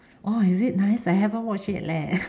orh is it nice I haven't watch yet leh